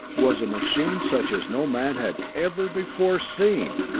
was a machine such as no man had ever before seen!